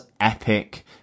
epic